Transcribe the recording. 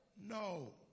no